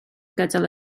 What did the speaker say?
gydol